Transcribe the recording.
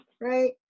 right